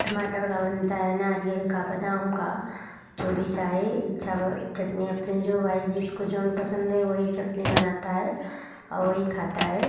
टमाटर की बनती है नारियल की बदाम की जो भी चाहे इच्छा भर चटनी अपने जो वाई जिसको जौन पसंद है वही चटनी बनाते हैं और वही खाते हैं